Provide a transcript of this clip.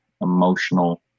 emotional